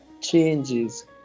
changes